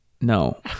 No